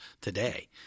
today